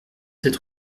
sept